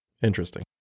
Interesting